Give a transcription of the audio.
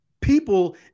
people